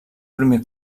primer